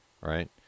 Right